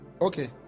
Okay